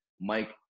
Mike